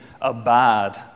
Abide